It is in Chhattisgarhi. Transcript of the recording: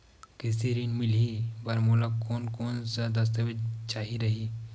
कृषि ऋण मिलही बर मोला कोन कोन स दस्तावेज चाही रही?